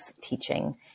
teaching